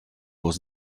was